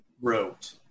wrote